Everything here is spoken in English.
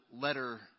letter